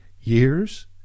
years